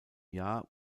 jahr